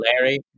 Larry